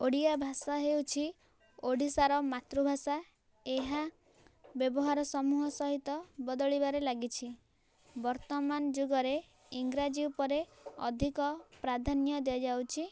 ଓଡ଼ିଆଭାଷା ହେଉଛି ଓଡ଼ିଶାର ମାତୃଭାଷା ଏହା ବ୍ୟବହାର ସମୂହ ସହିତ ବଦଳିବାରେ ଲାଗିଛି ବର୍ତ୍ତମାନ ଯୁଗରେ ଇଂରାଜୀ ଉପରେ ଅଧିକ ପ୍ରାଧାନ୍ୟ ଦିଆଯାଉଛି